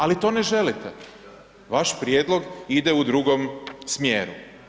Ali to ne želite, vaš prijedlog ide u drugom smjeru.